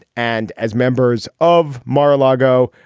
and as members of mara lago,